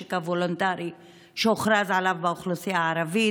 הנשק הוולונטרי שהוכרז עליו באוכלוסייה הערבית.